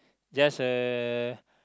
just a